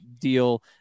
deal